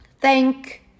thank